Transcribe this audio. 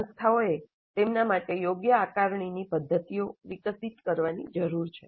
સંસ્થાઓએ તેમના માટે યોગ્ય આકારણી ની પદ્ધતિઓ વિકસિત કરવાની જરૂર છે